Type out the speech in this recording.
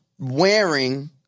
Wearing